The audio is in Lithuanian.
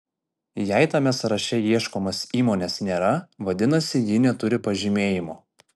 jei tame sąraše ieškomos įmonės nėra vadinasi ji neturi pažymėjimo